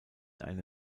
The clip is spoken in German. eine